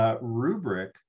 rubric